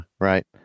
right